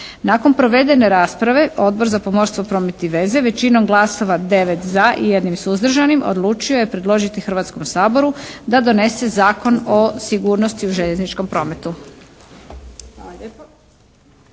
Nakon provedene rasprave Odbor za pomorstvo, promet i veze većinom glasova, 9 za i 1 suzdržanim odlučio je predložiti Hrvatskom saboru da donese Zakon o sigurnosti u željezničkom prometu.